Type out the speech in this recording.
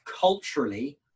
culturally